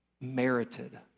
merited